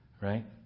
right